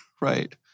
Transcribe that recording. right